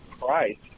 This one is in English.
Christ